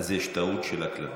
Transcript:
אז יש טעות של הקלדה.